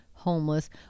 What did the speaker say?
homeless